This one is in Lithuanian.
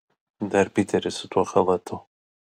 dar piteris su tuo chalatu